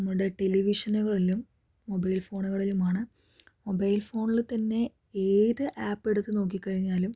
നമ്മുടെ ടെലിവിഷനുകളിലും മൊബൈൽ ഫോണുകളിലുമാണ് മൊബൈൽ ഫോണിൽ തന്നെ ഏത് ആപ്പ് എടുത്ത് നോക്കി കഴിഞ്ഞാലും